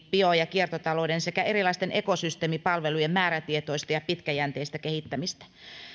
bio ja kiertotalouden sekä erilaisten ekosysteemipalvelujen määrätietoista ja pitkäjänteistä kehittämistä